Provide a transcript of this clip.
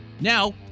Now